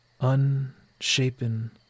unshapen